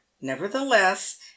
nevertheless